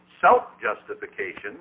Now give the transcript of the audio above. self-justification